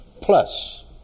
plus